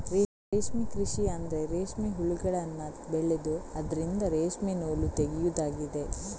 ರೇಷ್ಮೆ ಕೃಷಿ ಅಂದ್ರೆ ರೇಷ್ಮೆ ಹುಳಗಳನ್ನ ಬೆಳೆದು ಅದ್ರಿಂದ ರೇಷ್ಮೆ ನೂಲು ತೆಗೆಯುದಾಗಿದೆ